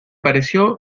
pareció